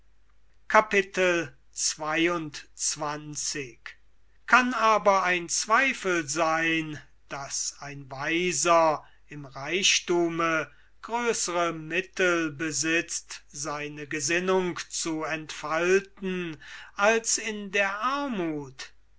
kann aber ein zweifel sein daß ein weiser im reichthume größere mittel besitzt seine gesinnung zu entfalten als in der armuth